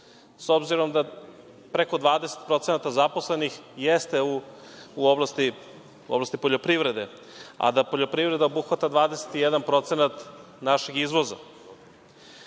s obzirom da preko 20% zaposlenih jeste u oblasti poljoprivrede, a da poljoprivreda obuhvata 21% našeg izvoza. Ali